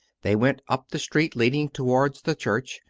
they went up the street leading towards the church,